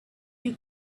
you